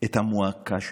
את המועקה שלכם.